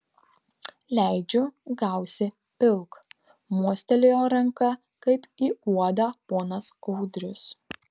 leidžiu gausi pilk mostelėjo ranka kaip į uodą ponas audrius